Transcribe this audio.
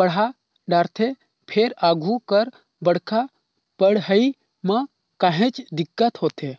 पड़हा डारथे फेर आघु कर बड़का पड़हई म काहेच दिक्कत होथे